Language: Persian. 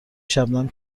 شبنم